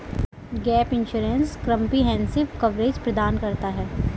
gap insurance comprehensive coverage प्रदान करता है